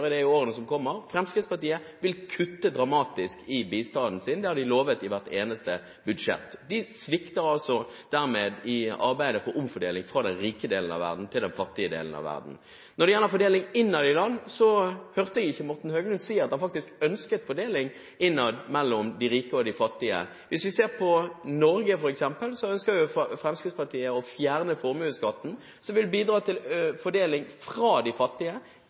årene som kommer. Fremskrittspartiet vil kutte dramatisk i bistanden sin, det har de lovet i hvert eneste budsjett. De svikter dermed i arbeidet for omfordeling fra den rike delen av verden til den fattige delen av verden. Når det gjelder fordeling innad i land, hørte jeg ikke Morten Høglund si at han faktisk ønsket fordeling innad mellom de rike og de fattige. Hvis vi ser på Norge f.eks., så ønsker Fremskrittspartiet å fjerne formuesskatten. Det vil bidra til fordeling fra de fattige